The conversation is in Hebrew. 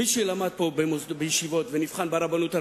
מי שלמד פה בישיבות ונבחן ברבנות הראשית,